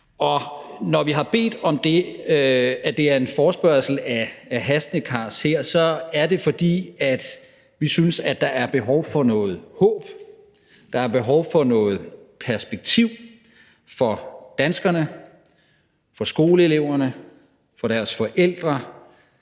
Når vi har bedt om, at det skal være en forespørgsel af hastende karakter, så er det, fordi vi synes, der er behov for noget håb, der er behov for noget perspektiv for danskerne, for skoleeleverne og deres forældre,